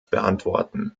beantworten